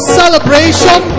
celebration